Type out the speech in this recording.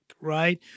right